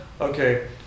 okay